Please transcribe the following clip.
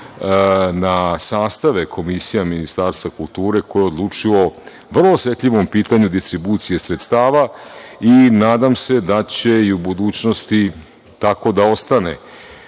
na sastave komisija Ministarstva kulture koje je odlučilo vrlo osetljivom pitanju distribucije sredstava i na nadam se da će i u budućnosti tako da ostane.